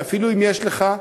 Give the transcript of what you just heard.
שאפילו אם יש לך זכות,